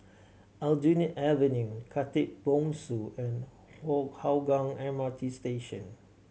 Aljunied Avenue Khatib Bongsu and Hougang M R T Station